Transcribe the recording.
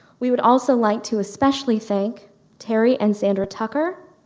we would also like to especially thank terry and sandra tucker,